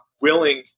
willing